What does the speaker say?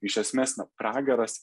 iš esmės na pragaras